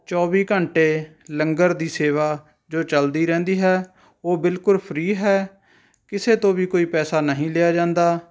ਚੌਵੀ ਘੰਟੇ ਲੰਗਰ ਦੀ ਸੇਵਾ ਜੋ ਚੱਲਦੀ ਰਹਿੰਦੀ ਹੈ ਉਹ ਬਿਲਕੁਲ ਫ੍ਰੀ ਹੈ ਕਿਸੇ ਤੋਂ ਵੀ ਕੋਈ ਪੈਸਾ ਨਹੀਂ ਲਿਆ ਜਾਂਦਾ